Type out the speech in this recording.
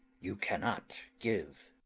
you cannot give.